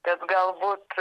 kad galbūt